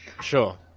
Sure